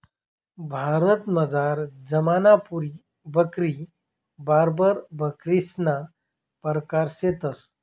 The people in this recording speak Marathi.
भारतमझार जमनापुरी बकरी, बार्बर बकरीसना परकार शेतंस